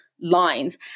lines